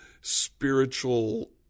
spiritual